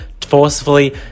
forcefully